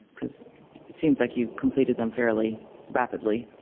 cause it seems like you completed them fairly rapidly.